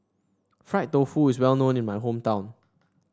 Fried Tofu is well known in my hometown